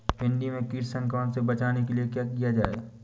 भिंडी में कीट संक्रमण से बचाने के लिए क्या किया जाए?